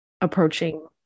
Approaching